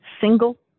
single